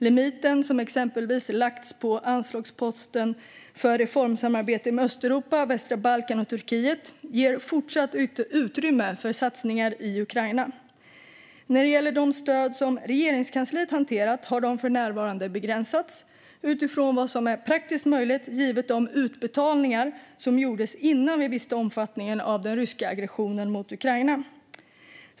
Exempelvis ger limiten som lagts på anslagsposten för reformsamarbete med Östeuropa, västra Balkan och Turkiet fortsatt utrymme för satsningar i Ukraina. När det gäller de stöd som Regeringskansliet hanterar har de för närvarande begränsats utifrån vad som är praktiskt möjligt givet de utbetalningar som gjordes innan vi visste omfattningen av den ryska aggressionen mot Ukraina.